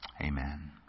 Amen